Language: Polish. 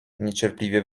niecierpliwie